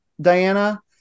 Diana